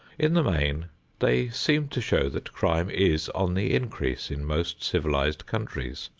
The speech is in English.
in the main they seem to show that crime is on the increase in most civilized countries.